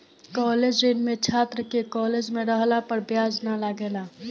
college ऋण में छात्र के कॉलेज में रहला पर ब्याज ना लागेला